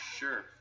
Sure